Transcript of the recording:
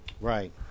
Right